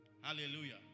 hallelujah